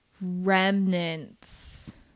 remnants